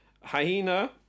Hyena